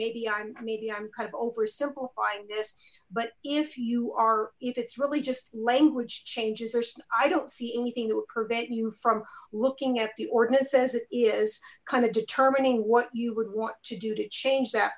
maybe i'm committee i'm kind of oversimplifying this but if you are if it's really just language changes or i don't see anything that would prevent you from looking at the ordinance as it is kind of determining what you would want to do to change that